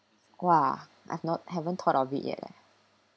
!wah! I've not haven't thought of it yet leh